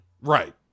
Right